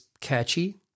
catchy